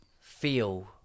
feel